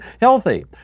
healthy